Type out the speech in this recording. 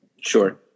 Sure